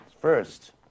First